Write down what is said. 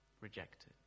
Rejected